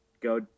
go